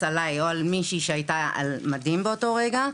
עליי או על מישהי שהייתה על מדים באותו רגע,